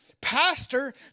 pastor